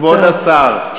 כבוד השר,